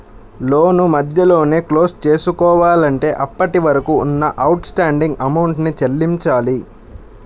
లోను మధ్యలోనే క్లోజ్ చేసుకోవాలంటే అప్పటివరకు ఉన్న అవుట్ స్టాండింగ్ అమౌంట్ ని చెల్లించాలి